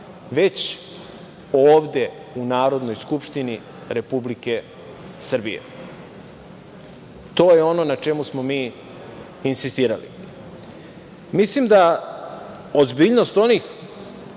već ovde u Narodnoj skupštini Republike Srbije. To je ono na čemu smo mi insistirali. Mislim da ozbiljnost onih